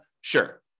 Sure